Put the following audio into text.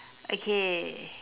okay